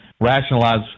rationalize